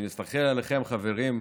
אני מסתכל עליכם, חברים,